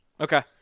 Okay